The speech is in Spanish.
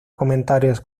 comentarios